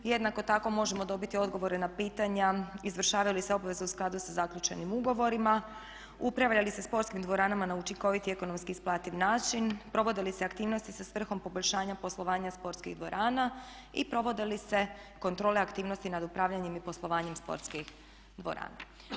Jednako tako možemo dobiti odgovore na pitanja izvršavaju li se obveze u skladu sa zaključenim ugovorima, upravlja li se sportskim dvoranama na učinkovit i ekonomski isplativ način, provode li se aktivnosti sa svrhom poboljšanja poslovanja sportskih dvorana i provode li se kontrole aktivnosti nad upravljanjem i poslovanjem sportskih dvorana.